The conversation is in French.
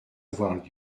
avoir